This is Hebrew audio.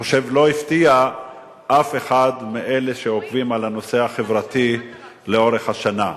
היא לא הפתיעה אף אחד מאלה שעוקבים אחר הנושא החברתי לאורך השנה.